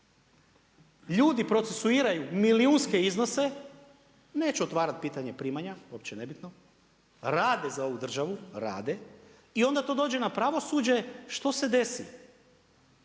Ljudi procesuiraju milijunske iznose, neću otvarati pitanje primanja, uopće nebitno, rade za ovu državu, rade i onda to dođe na pravosuđe, što se desi?